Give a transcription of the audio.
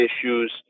issues